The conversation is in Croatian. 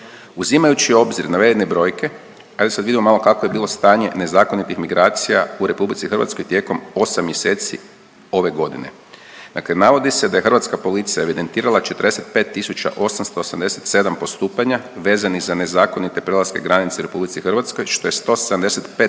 Uzimajući u obzir navedene brojke, ajde sad vidimo malo kakvo je bilo stanje nezakonitih migracija u RH tijekom 8 mjeseci ove godine. Dakle navodi se da je hrvatska policija evidentirala 45 887 postupanja vezanih za nezakonite prelaske granice u RH što je 175%